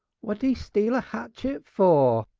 what'd e steal a atchet for?